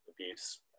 abuse